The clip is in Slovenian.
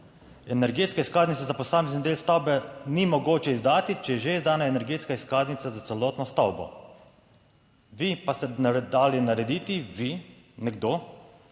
Energetske izkaznice za posamezen del stavbe ni mogoče izdati, če je že izdana energetska izkaznica za celotno stavbo. Vi pa ste dali narediti vi, nekdo